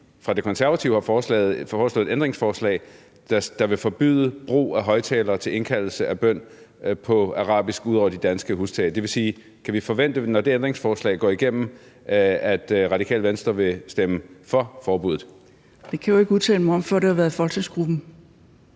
fra Konservative har foreslået i et ændringsforslag, der vil forbyde brug af højtalere til indkaldelse af bøn på arabisk ud over de danske hustage. Vil det sige, at vi kan forvente, at når det ændringsforslag går igennem, vil Radikale Venstre stemme for forbuddet? Kl. 16:12 Marianne Jelved (RV): Det kan jeg jo ikke